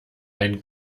ein